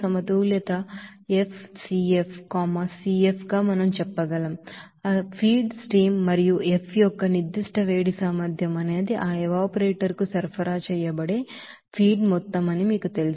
కాబట్టి ఈ heat balance ను FCF CF గా మనం చెప్పగలం ఆ ఫీడ్ స్ట్రీమ్ మరియు F యొక్క స్పెసిఫిక్ హీట్ కెపాసిటీ అనేది ఆ ఎవాపరేటర్ కు సరఫరా చేయబడే ఫీడ్ మొత్తం అని మీకు తెలుసు